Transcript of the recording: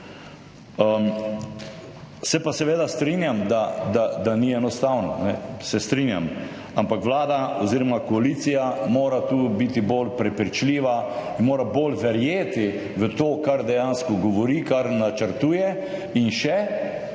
Se pa seveda strinjam, da ni enostavno. Se strinjam, ampak Vlada oziroma koalicija mora biti tu bolj prepričljiva in mora bolj verjeti v to, kar dejansko govori, kar načrtuje. In še,